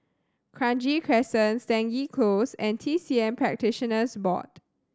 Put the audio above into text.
Kranji Crescent Stangee Close and T C M Practitioners Board